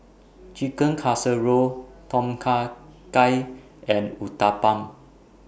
Chicken Casserole Tom Kha Gai and Uthapam